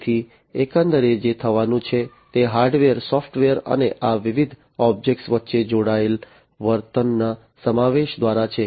તેથી એકંદરે જે થવાનું છે તે હાર્ડવેર સૉફ્ટવેર અને આ વિવિધ ઑબ્જેક્ટ્સ વચ્ચે જોડાયેલ વર્તનના સમાવેશ દ્વારા છે